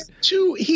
two